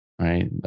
Right